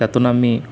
त्यातून आम्ही